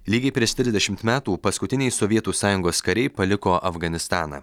lygiai prieš trisdešimt metų paskutiniai sovietų sąjungos kariai paliko afganistaną